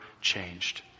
changed